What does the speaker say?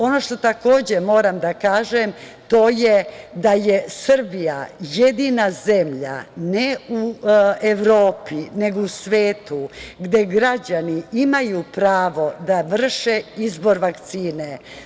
Ono što takođe moram da kažem to je da je Srbija jedina zemlja, ne u Evropi, nego u svetu, gde građani imaju pravo da vrše izbor vakcine.